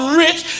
rich